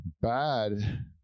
bad